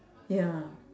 ya